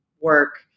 work